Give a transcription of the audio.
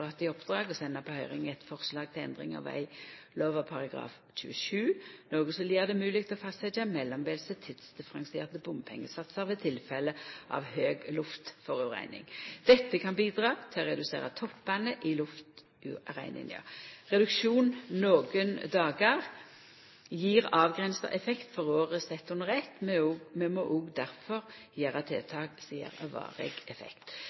i oppdrag å senda på høyring eit forslag til endring av veglova § 27, noko som vil gjera det mogleg å fastsetja mellombelse tidsdifferensierte bompengesatsar ved tilfelle av høg luftforureining. Dette kan bidra til å redusera toppane i luftureininga. Reduksjon nokre dagar gjev avgrensa effekt for året sett under eitt. Vi må difor òg gjera tiltak som gjev varig effekt.